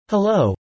Hello